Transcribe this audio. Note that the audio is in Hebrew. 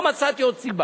לא מצאתי עוד סיבה.